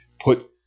Put